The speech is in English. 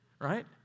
right